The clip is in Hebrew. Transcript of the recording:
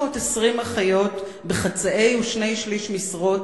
320 אחיות בחצאי ובשני-שלישי משרות